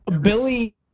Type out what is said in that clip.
Billy